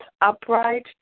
upright